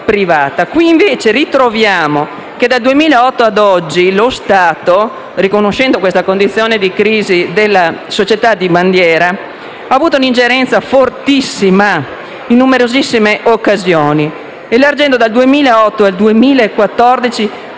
Qui, invece, dal 2008 ad oggi lo Stato, riconoscendo questa condizione di crisi della società di bandiera, ha avuto un'ingerenza fortissima in numerosissime occasioni elargendo dal 2008 al 2014